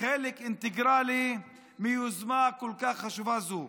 חלק אינטגרלי מהיוזמה הכל-כך חשובה הזו.